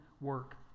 work